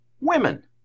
women